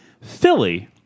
Philly